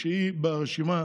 כשהיא ברשימה